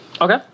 Okay